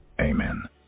Amen